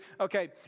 okay